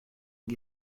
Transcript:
ont